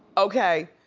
okay,